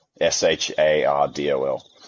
S-H-A-R-D-O-L